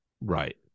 right